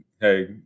hey –